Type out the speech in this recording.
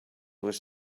was